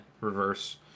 reverse